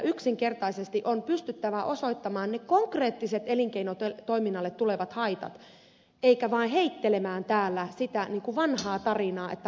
yksinkertaisesti on pystyttävä osoittamaan ne konkreettiset elinkeinotoiminnalle tulevat haitat eikä vain heittelemään täällä sitä vanhaa tarinaa että aiheutuu haittoja